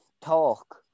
talk